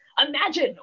Imagine